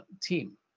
team